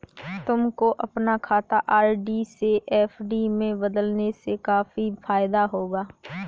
तुमको अपना खाता आर.डी से एफ.डी में बदलने से काफी फायदा होगा